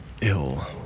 ill